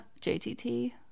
jtt